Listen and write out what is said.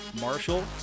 Marshall